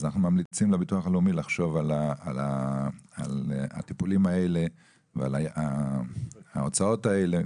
אז אנחנו ממליצים לביטוח הלאומי לחשוב על הטיפולים האלה וההוצאות האלה,